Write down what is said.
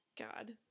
God